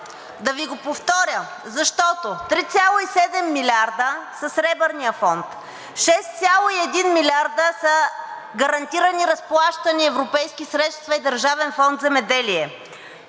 Да Ви го повторя, защото 3,7 милиарда са от Сребърния фонд, 6,1 милиарда са гарантирани разплащания – европейски средства и Държавен фонд „Земеделие“,